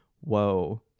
whoa